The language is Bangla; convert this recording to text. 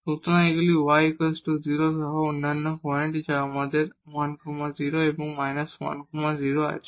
সুতরাং এগুলি y 0 সহ অন্যান্য পয়েন্ট তাই আমাদের 10 এবং 10 আছে